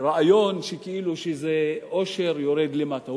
לרעיון שכאילו העושר יורד למטה.